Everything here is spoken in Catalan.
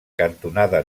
cantonada